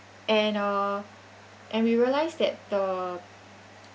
and uh and we realise that the